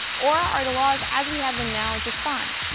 or are the laws as we have them now just fine?